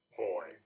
boy